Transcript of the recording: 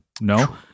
no